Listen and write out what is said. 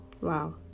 Wow